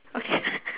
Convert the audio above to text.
okay